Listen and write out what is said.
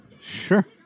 Sure